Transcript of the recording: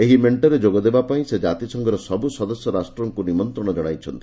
ଏହି ମେଣ୍ଟରେ ଯୋଗ ଦେବା ପାଇଁ ସେ ଜାତିସଂଘର ସବୁ ସଦସ୍ୟ ରାଷ୍ଟ୍ରମାନଙ୍କୁ ନିମନ୍ତ୍ରଣ ଜଣାଇଛନ୍ତି